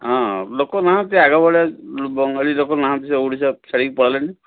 ହଁ ଲୋକ ନାହାନ୍ତି ଆଗ ଭଳିଆ ବଙ୍ଗାଳି ଲୋକ ନାହାନ୍ତି ସବୁ ଓଡ଼ିଶା ଛାଡ଼ିକି ପଳେଇଲେଣି